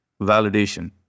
validation